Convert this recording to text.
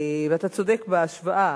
ואתה צודק בהשוואה.